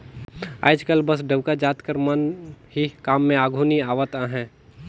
आएज काएल बस डउका जाएत कर मन ही काम में आघु नी आवत अहें